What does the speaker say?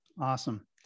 Awesome